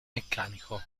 meccanico